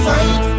Fight